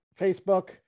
Facebook